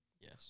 Yes